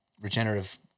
regenerative